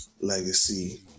legacy